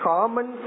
Common